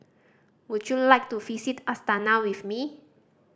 would you like to visit Astana with me